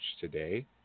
today